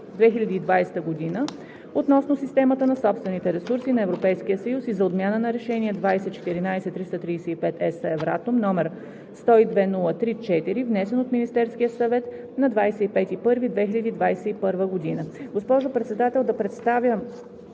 2020 г. относно системата на собствените ресурси на Европейския съюз и за отмяна на Решение 2014/335/ЕС, Евратом, № 102-03-4, внесен от Министерския съвет на 25 януари 2021 г.“ Госпожо Председател, да представя